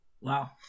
Wow